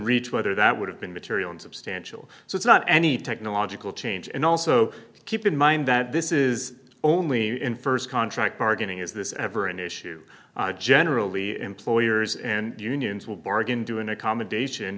reach whether that would have been material and substantial so it's not any technological change and also keep in mind that this is only in st contract bargaining is this ever an issue generally employers and unions will bargain do an accommodation